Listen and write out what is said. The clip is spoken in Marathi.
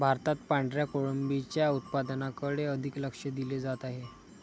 भारतात पांढऱ्या कोळंबीच्या उत्पादनाकडे अधिक लक्ष दिले जात आहे